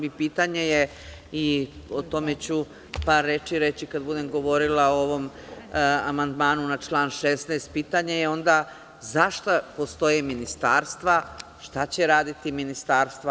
Pitanje je, i o tome ću par reči reći kada budem govorila o ovom amandmanu na član 16, pitanje je onda – za šta postoje ministarstva, šta će raditi ministarstva?